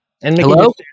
Hello